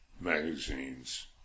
magazines